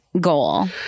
goal